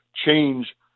Change